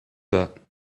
that